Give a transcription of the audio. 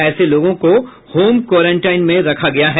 ऐसे लोगों को होम क्वेरेनटाइन में रखा गया है